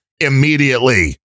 immediately